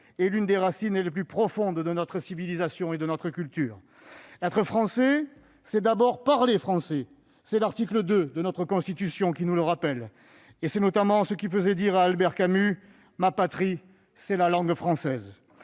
est l'une des racines les plus profondes de notre civilisation et de notre culture. Être Français, c'est d'abord parler français, comme nous le rappelle l'article 2 de notre Constitution. C'est notamment ce qui faisait dire à Albert Camus :« Ma patrie, c'est la langue française.